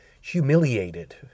Humiliated